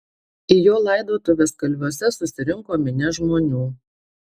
į jo laidotuves kalviuose susirinko minia žmonių